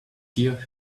hear